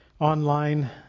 online